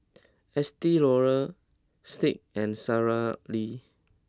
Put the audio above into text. Estee Lauder Schick and Sara Lee